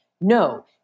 No